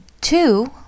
two